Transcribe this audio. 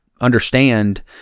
understand